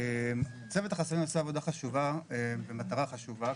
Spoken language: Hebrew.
צוות החסמים עשה עבודה חשובה במטרה חשובה,